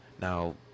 now